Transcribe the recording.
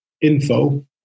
info